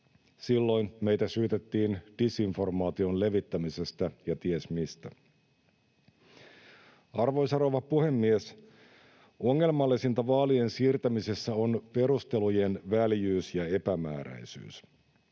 Silloin meitä syytettiin disinformaation levittämisestä ja ties mistä. Arvoisa rouva puhemies! Ongelmallisinta vaalien siirtämisessä on perustelujen väljyys ja epämääräisyys.